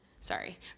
Sorry